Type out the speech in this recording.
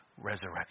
resurrection